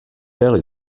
early